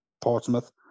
Portsmouth